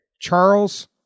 Charles